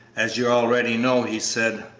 as you already know, he said,